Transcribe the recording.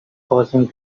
causing